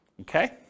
Okay